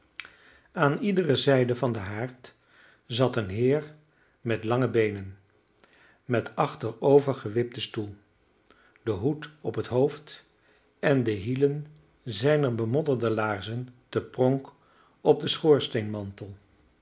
aan iedere zijde van den haard zat een heer met lange beenen met achterover gewipten stoel den hoed op het hoofd en de hielen zijner bemodderde laarzen te pronk op den